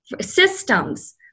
systems